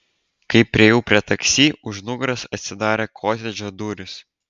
kai priėjau prie taksi už nugaros atsidarė kotedžo durys